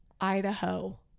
Idaho